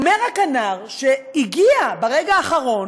ואומר הכנ"ר, שהגיע ברגע האחרון,